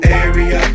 area